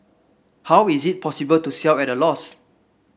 how is it possible to sell at a loss